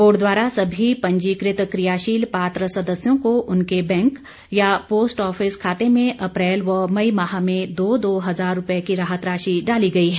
board द्वारा सभी पंजीकृत क्रियाशील पात्र सदस्यों को उनके बैंक या पोस्ट ऑफिस खाते में अप्रैल व मई माह में दो दो हजार रुपये की राहत राशि डाली गई है